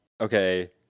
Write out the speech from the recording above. Okay